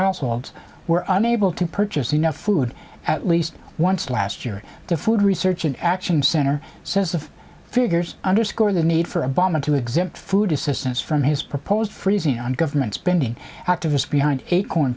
households were unable to purchase enough food at least once last year the food research and action center says of figures underscore the need for a bomb to exempt food assistance from his proposed freezing on government spending activists behind acorn